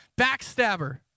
backstabber